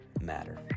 matter